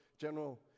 General